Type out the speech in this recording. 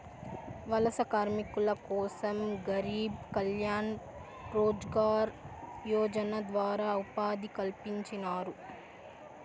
వలస కార్మికుల కోసం గరీబ్ కళ్యాణ్ రోజ్గార్ యోజన ద్వారా ఉపాధి కల్పించినారు